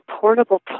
portable